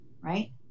right